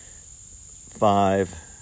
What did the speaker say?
five